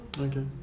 okay